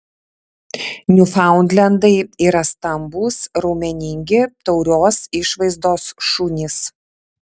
niufaundlendai yra stambūs raumeningi taurios išvaizdos šunys